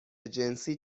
جنسی